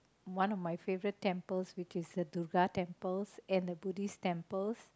one of my favourite temples which is the Durga temples and the Buddhist temples